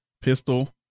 Pistol